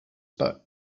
about